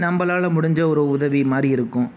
நம்பளால் முடிஞ்ச ஒரு உதவி மாதிரி இருக்கும்